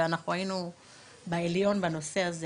אנחנו היינו בעליון בנושא הזה.